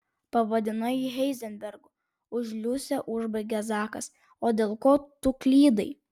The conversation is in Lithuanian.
pavadinai jį heizenbergu už liusę užbaigė zakas o dėl ko tu klydai